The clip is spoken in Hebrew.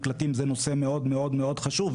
מקלטים זה נושא מאוד מאוד חשוב,